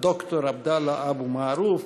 יש לנו שאילתה לשר הבריאות.